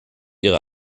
ihre